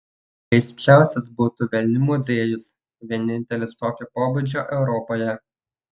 keisčiausias būtų velnių muziejus vienintelis tokio pobūdžio europoje